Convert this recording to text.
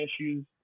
issues